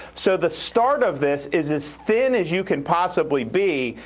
so the start of this is as thin as you can possibly be.